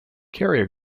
carrier